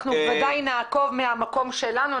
אנחנו ודאי נעקוב מהמקום שלנו.